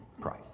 price